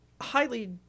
Highly